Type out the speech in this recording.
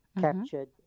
captured